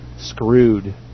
screwed